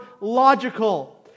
logical